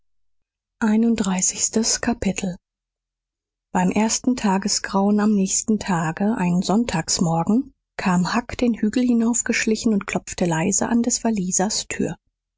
einunddreißigstes kapitel beim ersten tagesgrauen am nächsten tage einem sonntagsmorgen kam huck den hügel hinaufgeschlichen und klopfte leise an des wallisers tür